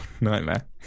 nightmare